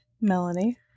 Melanie